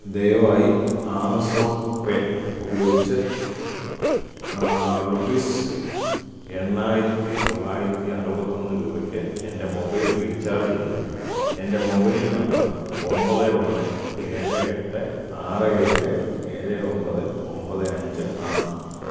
ദയവായി Amazon Pay ഉപയോഗിച്ച് rupees എണ്ണായിരത്തി തൊള്ളായിരത്തി അറുപത്തിയൊന്ന് രൂപയ്ക്ക് എൻ്റെ മൊബൈൽ റീചാർജ് ചെയ്യുക എൻ്റെ മൊബൈൽ നമ്പർ ഒൻപത് ഒന്ന് ഏഴ് എട്ട് ആറ് ഏഴ് ഏഴ് ഒൻപത് ഒൻപത് അഞ്ച് ആണ്